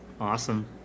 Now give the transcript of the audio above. Awesome